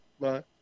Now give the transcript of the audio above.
Bye